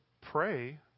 pray